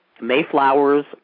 Mayflowers